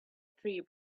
tree